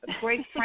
great